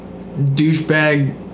douchebag